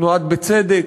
תנועת "בצדק",